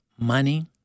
money